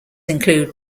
include